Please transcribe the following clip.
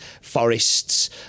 forests